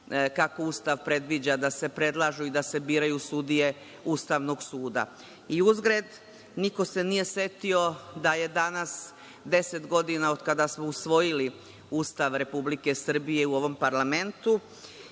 kako Ustav predviđa da se predlažu i da se biraju sudije Ustavnog suda.I uzgred, niko se nije setio da je danas deset godina od kada smo usvojili Ustav Republike Srbije u ovom parlamentu